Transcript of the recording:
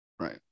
Right